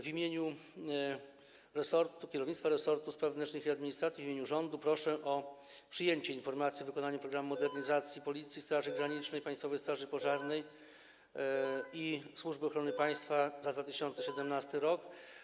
W imieniu kierownictwa resortu spraw wewnętrznych i administracji, w imieniu rządu proszę o przyjęcie informacji o wykonaniu programu modernizacji Policji, Straży Granicznej, Państwowej Straży Pożarnej i Służby Ochrony Państwa za 2017 r.